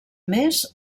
més